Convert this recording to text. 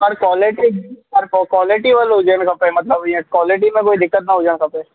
पर कॉलेटी पर पोइ कॉलेटी वारो हुजणु खपे मतलबु इहा कॉलेटी में कोई दिक़त न हुजणु खपे